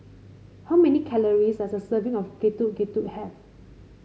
how many calories does a serving of Getuk Getuk have